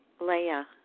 Leah